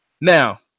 Now